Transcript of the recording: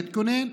להתכונן.